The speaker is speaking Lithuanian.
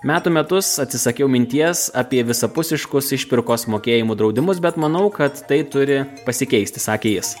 metų metus atsisakiau minties apie visapusiškos išpirkos mokėjimų draudimus bet manau kad tai turi pasikeisti sakė jis